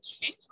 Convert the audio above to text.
change